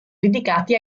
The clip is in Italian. dedicati